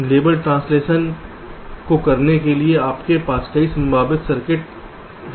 इसलिए label translation को करने के लिए आपके पास कई संभावित सर्किट हैं